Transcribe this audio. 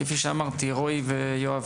כפי שאמרתי, רועי ויואב,